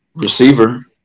receiver